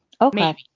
Okay